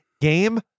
game